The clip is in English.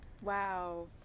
Wow